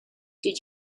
did